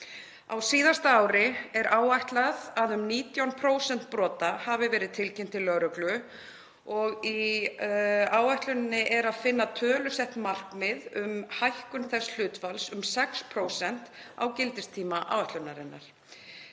Á síðasta ári er áætlað að um 19% brota hafi verið tilkynnt til lögreglu. Í áætluninni er að finna tölusett markmið um hækkun þess hlutfalls um 6% á gildistíma áætlunarinnar.